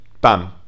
bam